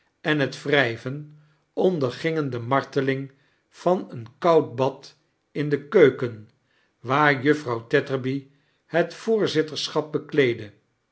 en het wrijven ondeirgiingem de marteling van een koud bad in de keuken waar juffrouw tetterby het voorzitterschap bekleedde